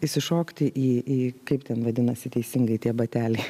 išsišokti į į į kaip ten vadinasi teisingai tie bateliai